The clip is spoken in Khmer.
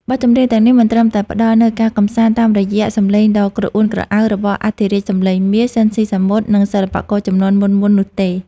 បទចម្រៀងទាំងនេះមិនត្រឹមតែផ្ដល់នូវការកម្សាន្តតាមរយៈសម្លេងដ៏ក្រអួនក្រអៅរបស់អធិរាជសម្លេងមាស ស៊ីន ស៊ីសាមុត ឬសិល្បករជំនាន់មុនៗនោះទេ។